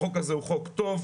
החוק הזה הוא חוק טוב,